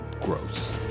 gross